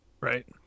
Right